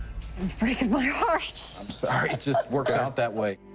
and breaking my heart. i'm sorry, it just works out that way.